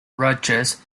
rutgers